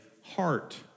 heart